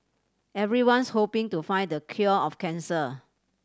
everyone's hoping to find the cure of cancer